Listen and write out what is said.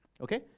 okay